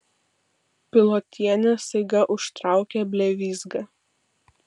pilotienė staiga užtraukia blevyzgą